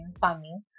farming